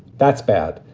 that's bad.